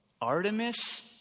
Artemis